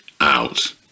out